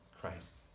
Christ